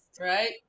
Right